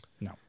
No